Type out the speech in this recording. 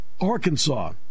Arkansas